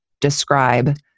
describe